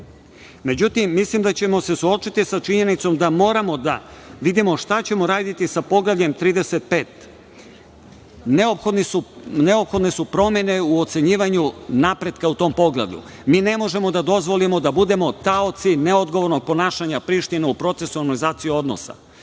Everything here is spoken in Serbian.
bilo.Međutim, mislim da ćemo se suočiti sa činjenicom da moramo da vidimo šta ćemo raditi sa Poglavljem 35. Neophodne su promene u ocenjivanju napretka u tom poglavlju. Mi ne možemo da dozvolimo da budemo taoci neodgovornog ponašanja Prištine u procesu normalizacije odnosa.